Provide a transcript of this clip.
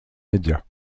médias